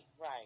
right